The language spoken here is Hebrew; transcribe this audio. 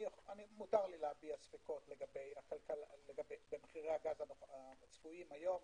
מותר לי להביע ספקות במחירי הגז הצפויים היום.